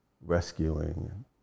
rescuing